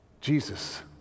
Jesus